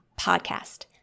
podcast